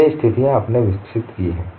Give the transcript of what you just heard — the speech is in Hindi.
ये स्थितियां आपने विकसित की हैं